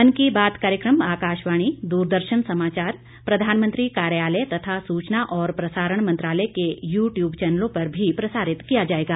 मन की बात कार्यक्रम आकाशवाणी दूरदर्शन समाचार प्रधानमंत्री कार्यालय तथा सूचना और प्रसारण मंत्रालय के यू ट्यूब चैनलों पर भी प्रसारित किया जाएगा